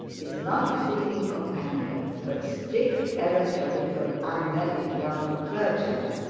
is not a fitting companion for a strict evangelical, unmarried young clergyman